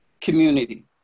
community